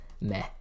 meh